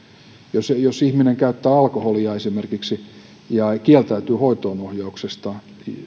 jos ihminen esimerkiksi käyttää alkoholia ja kieltäytyy hoitoonohjauksesta